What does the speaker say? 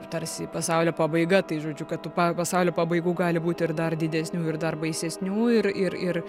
tarsi pasaulio pabaiga tai žodžiu kad tų pa pasaulio pabaigų gali būti ir dar didesnių ir dar baisesnių ir ir ir